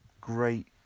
great